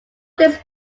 this